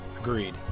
Agreed